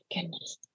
goodness